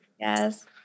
Yes